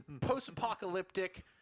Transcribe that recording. post-apocalyptic